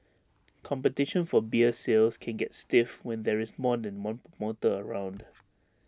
competition for beer sales can get stiff when there is more than one promoter around